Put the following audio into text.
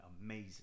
amazing